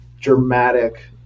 dramatic